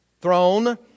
throne